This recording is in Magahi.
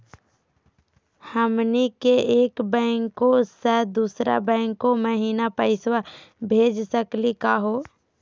हमनी के एक बैंको स दुसरो बैंको महिना पैसवा भेज सकली का हो?